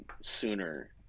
sooner